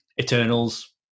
Eternals